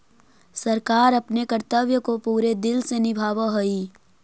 सरकार अपने कर्तव्य को पूरे दिल से निभावअ हई